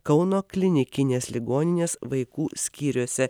kauno klinikinės ligoninės vaikų skyriuose